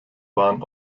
waren